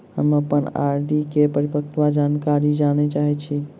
हम अप्पन आर.डी केँ परिपक्वता जानकारी जानऽ चाहै छी